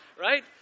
right